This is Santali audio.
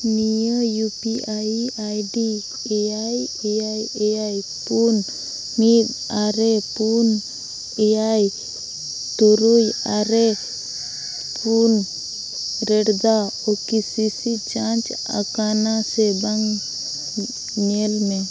ᱱᱤᱭᱟᱹ ᱤᱭᱩ ᱯᱤ ᱟᱭ ᱟᱭᱰᱤ ᱮᱭᱟᱭ ᱮᱭᱟᱭ ᱮᱭᱟᱭ ᱯᱩᱱ ᱢᱤᱫ ᱟᱨᱮ ᱯᱩᱱ ᱮᱭᱟᱭ ᱛᱩᱨᱩᱭ ᱟᱨᱮ ᱯᱩᱱ ᱨᱮᱴ ᱫᱟ ᱳ ᱠᱮ ᱥᱤ ᱥᱤ ᱡᱟᱸᱪ ᱟᱠᱟᱱᱟ ᱥᱮᱵᱟᱝ ᱧᱮᱞᱢᱮ